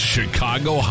Chicago